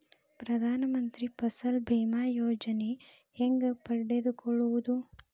ಪ್ರಧಾನ ಮಂತ್ರಿ ಫಸಲ್ ಭೇಮಾ ಯೋಜನೆ ಹೆಂಗೆ ಪಡೆದುಕೊಳ್ಳುವುದು?